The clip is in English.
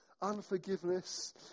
unforgiveness